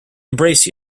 embrace